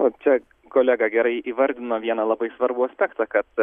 o čia kolega gerai įvardino vieną labai svarbų aspektą kad